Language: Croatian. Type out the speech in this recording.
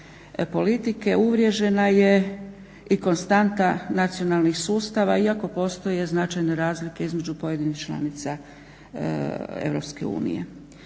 uvriježena je i konstanta nacionalnih sustava, iako postoje značajne razlike između pojedinih članica